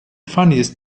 funniest